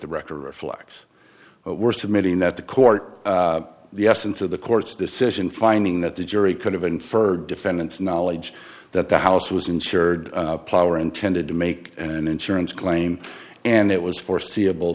the record reflects we're submitting that the court the essence of the court's decision finding that the jury could have inferred defendant's knowledge that the house was insured power intended to make an insurance claim and it was foreseeable